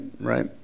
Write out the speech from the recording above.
right